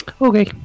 Okay